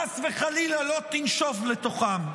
חס וחלילה, לא תנשוב לתוכם.